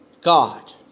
God